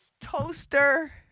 toaster